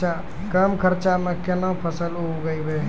कम खर्चा म केना फसल उगैबै?